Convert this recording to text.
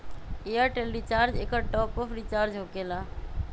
Airtel recharge एकर top off recharge होकेला?